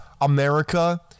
America